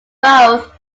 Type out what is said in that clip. both